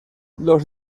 los